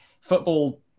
football